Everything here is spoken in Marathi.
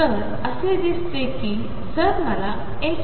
तर असे दिसते की जर मला x